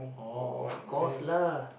oh of course lah